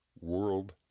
World